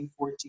14